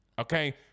Okay